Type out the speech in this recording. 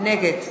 נגד